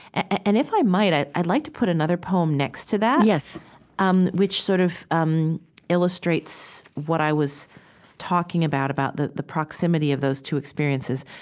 and if i might, i'd i'd like to put another poem next to that yes um which sort of um illustrates what i was talking about, about the the proximity of those two experiences.